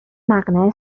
مقنعه